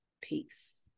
Peace